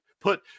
put